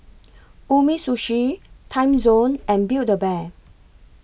Umisushi Timezone and Build A Bear